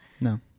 No